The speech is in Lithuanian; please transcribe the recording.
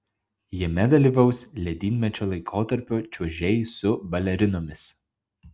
jame dalyvaus ledynmečio laikotarpio čiuožėjai su balerinomis